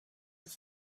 have